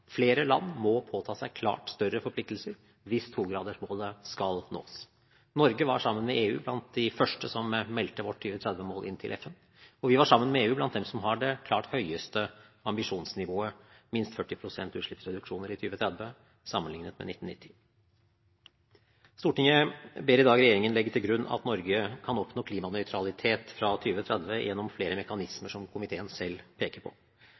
Flere land må påta seg klart større forpliktelser hvis 2-gradersmålet skal nås. Norge var sammen med EU blant de første som meldte sitt 2030-mål inn til FN, og vi var sammen med EU blant dem som har det klart høyeste ambisjonsnivået, minst 40 pst. utslippsreduksjon i 2030 sammenlignet med i 1990. Stortinget ber i dag regjeringen legge til grunn at Norge kan oppnå klimanøytralitet fra 2030 gjennom flere mekanismer som komiteen selv peker på.